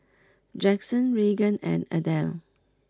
Jackson Regan and Adele